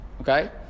Okay